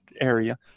area